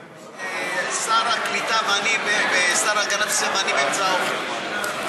שר הקליטה ואני והשר להגנת הסביבה באמצע אוכל.